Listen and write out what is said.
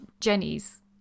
Jenny's